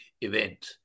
event